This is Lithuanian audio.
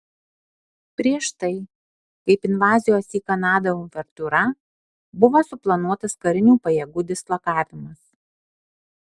prieš tai kaip invazijos į kanadą uvertiūra buvo suplanuotas karinių pajėgų dislokavimas